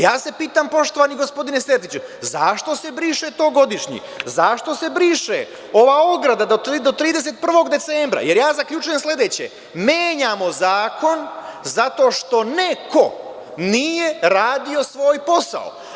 Ja sa pitam, poštovani gospodine Sertiću, zašto se briše to „godišnji“, zašto se briše ova ograda do 31. decembra, jer ja zaključujem sledeće – menjamo zakon zato što neko nije radio svoj posao?